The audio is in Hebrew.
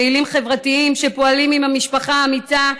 פעילים חברתיים שפועלים עם המשפחה האמיצה,